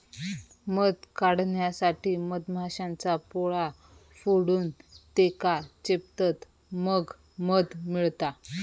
मध काढण्यासाठी मधमाश्यांचा पोळा फोडून त्येका चेपतत मग मध मिळता